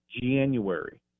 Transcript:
January